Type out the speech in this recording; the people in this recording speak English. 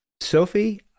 Sophie